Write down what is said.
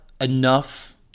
enough